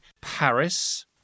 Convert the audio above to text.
Paris